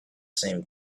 same